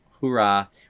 hoorah